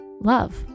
love